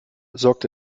sorgte